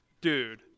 dude